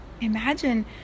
imagine